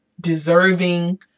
deserving